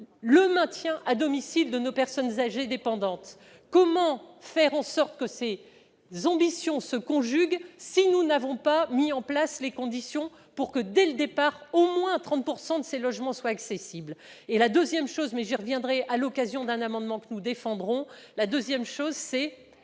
le maintien à domicile de nos personnes âgées dépendantes. Comment faire en sorte que ces ambitions se conjuguent si nous n'avons pas mis en place les conditions pour que, dès le départ, au moins 30 % des logements concernés soient accessibles ? Par ailleurs, et j'y reviendrai au travers d'un amendement que nous défendrons, qu'est-ce